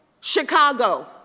Chicago